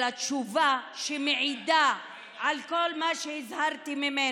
אלא תשובה שמעידה על כל מה שהזהרתי ממנו.